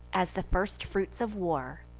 as the first fruits of war,